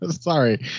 sorry